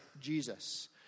Jesus